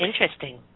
interesting